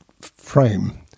frame